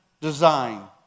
Design